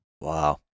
Wow